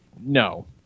No